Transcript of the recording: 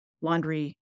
laundry